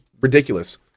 ridiculous